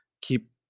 keep